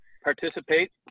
participate